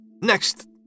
Next